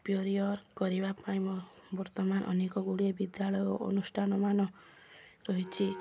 prior କରିବା ପାଇଁ ବର୍ତ୍ତମାନ ଅନେକ ଗୁଡ଼ିଏ ବିଦ୍ୟାଳୟ ଓ ଅନୁଷ୍ଠାନମାନ ରହିଛି